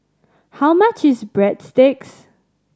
how much is Breadsticks